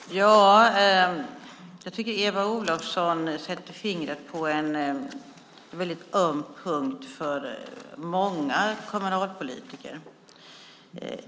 Herr talman! Jag tycker att Eva Olofsson sätter fingret på en väldigt öm punkt för många kommunalpolitiker.